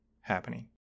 happening